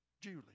Julie